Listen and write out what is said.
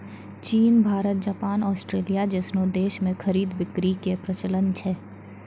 चीन Bharat Japan Australia जैसनो देश मे खरीद बिक्री के प्रचलन छै